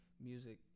music